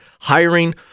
hiring